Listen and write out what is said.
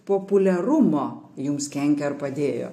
populiarumo jums kenkė ar padėjo